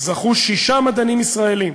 זכו שישה מדענים ישראלים,